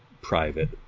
private